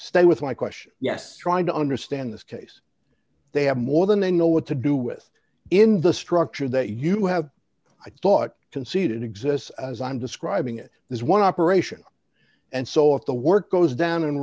stay with my question yes trying to understand this case they have more than they know what to do with in the structure that you have i thought conceded exists as i'm describing it as one operation and so if the work goes down